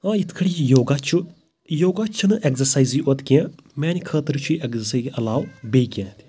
آ یِتھ کٔٹھۍ یہِ یوگا چھُ یوگا چھُنہٕ اٮ۪گزَسایزٕے یوت کیٚنٛہہ میٛانہِ خٲطرٕ چھُ یہِ اٮ۪گزَساے علاوٕ بیٚیہِ کیٚنٛہہ تہِ